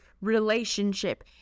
relationship